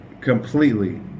completely